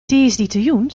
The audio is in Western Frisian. tiisdeitejûn